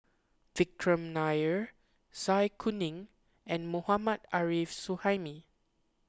Vikram Nair Zai Kuning and Mohammad Arif Suhaimi